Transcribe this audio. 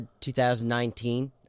2019